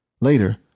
Later